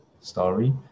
story